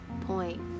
point